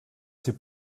ces